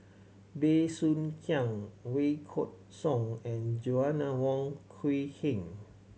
Bey Soo Khiang Wykidd Song and Joanna Wong Quee Heng